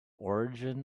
origin